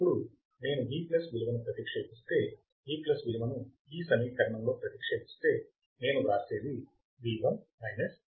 ఇప్పుడు నేను V విలువను ప్రతిక్షేపిస్తే V విలువను ఈ సమీకరణంలో ప్రతిక్షేపిస్తే నేను వ్రాసేది V1 ఈ విలువ డివైడెడ్ బై R1